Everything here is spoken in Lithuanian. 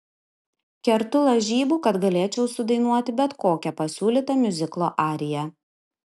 kertu lažybų kad galėčiau sudainuoti bet kokią pasiūlytą miuziklo ariją